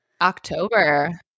october